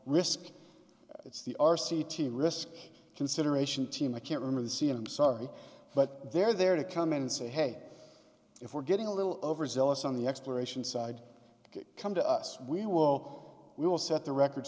risk it's the r c t risk consideration team i can't really see i'm sorry but they're there to come in and say hey if we're getting a little overzealous on the exploration side come to us we will we will set the record